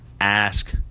ask